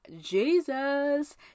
Jesus